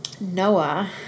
Noah